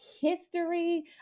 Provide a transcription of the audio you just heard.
history